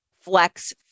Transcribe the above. Flex